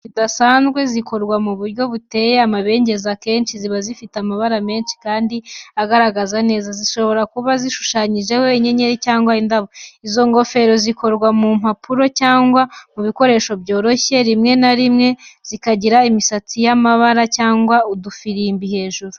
Ingofero zidasanzwe, zikorwa mu buryo buteye amabengeza, akenshi ziba zifite amabara menshi kandi agaragara neza, zishobora kuba zishushanyijeho inyenyeri cyangwa indabo. Izo ngofero zikorwa mu mpapuro cyangwa mu bikoresho byoroshye, rimwe na rimwe zikagira imisatsi y'amabara cyangwa udufirimbi hejuru.